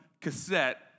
cassette